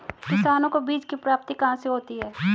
किसानों को बीज की प्राप्ति कहाँ से होती है?